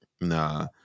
Nah